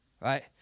Right